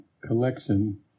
collection